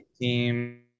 team